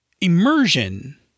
immersion